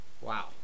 Wow